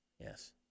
Yes